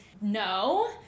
no